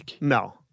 no